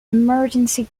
emergency